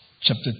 chapter